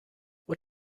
what